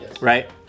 right